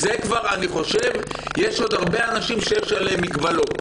יש עוד הרבה אנשים שיש עליהם מגבלות,